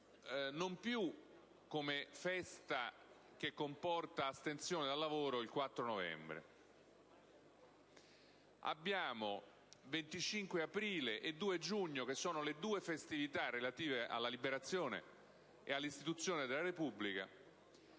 non più come festa che comporta astensione dal lavoro il 4 novembre: ci sono il 25 aprile e il 2 giugno, le due festività relative alla Liberazione e all'istituzione della Repubblica,